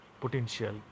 potential